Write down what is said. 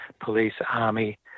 police-army